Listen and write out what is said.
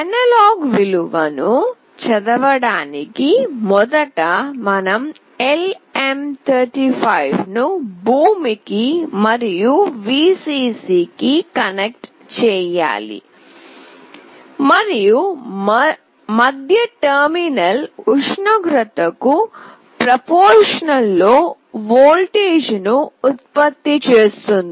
analogue విలువను చదవడానికి మొదట మనం LM35 ను భూమికి మరియు Vcc కి కనెక్ట్ చేయాలి మరియు మధ్య టెర్మినల్ ఉష్ణోగ్రతకు అనులోమానుపాతంలో వోల్టేజ్ను ఉత్పత్తి చేస్తుంది